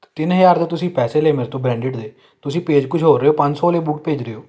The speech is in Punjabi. ਤਿੰਨ ਹਜ਼ਾਰ ਦੇ ਤੁਸੀਂ ਪੈਸੇ ਲਏ ਮੇਰੇ ਤੋਂ ਬ੍ਰੈਂਡਿਡ ਦੇ ਤੁਸੀਂ ਭੇਜ ਕੁਝ ਹੋਰ ਰਹੇ ਹੋ ਪੰਜ ਸੌ ਵਾਲੇ ਬੂਟ ਭੇਜ ਰਹੇ ਹੋ